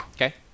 Okay